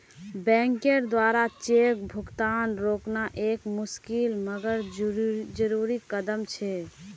बैंकेर द्वारा चेक भुगतान रोकना एक मुशिकल मगर जरुरी कदम छे